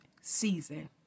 season